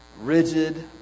rigid